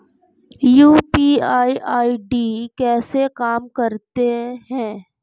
UPI ID कैसे काम करता है?